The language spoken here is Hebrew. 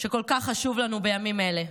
שכל כך חשוב לנו בימים אלה.